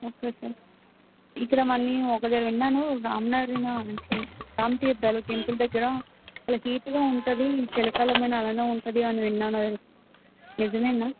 okay sir ఇక్కడ మరి ఒకటి విన్నాను రాంనగర్ అనేసి ఛీ రామతీర్థాలు టెంపుల్ దగ్గర చాల హీట్గా ఉంటుంది చలి కాలం అయినా అలానే ఉంటుంది అని విన్నాను అది నిజమేనా